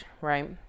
right